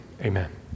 Amen